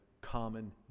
common